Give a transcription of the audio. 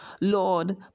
Lord